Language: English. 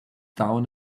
down